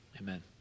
amen